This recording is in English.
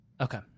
okay